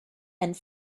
and